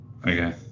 Okay